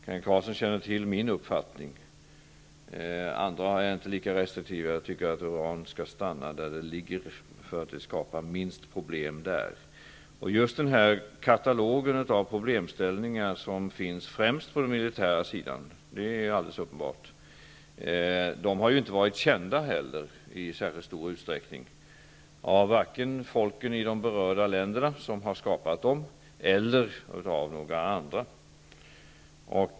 Kent Carlsson känner till min uppfattning. Jag tycker att uran skall stanna där det ligger, eftersom det skapar minst problem där. Just den katalog av problemställningar som finns främst på den militära sidan, det är alldeles uppenbart, har inte varit känd i särskilt stor utsträckning av vare sig folken i de berörda länderna, som har skapat dem, eller av några andra.